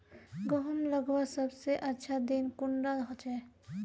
गहुम लगवार सबसे अच्छा दिन कुंडा होचे?